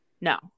no